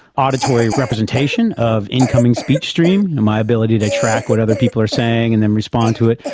auditory representation of incoming speech stream, and my ability to track what other people are saying and then respond to it,